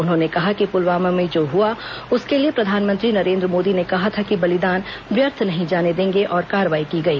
उन्होंने कहा कि पुलवामा में जो हुआ उसके लिए प्रधानमंत्री नरेन्द्र मोदी ने कहा था कि बलिदान व्यर्थ नही जाने देंगे और कार्रवाई की गई